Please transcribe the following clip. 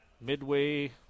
midway